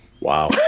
Wow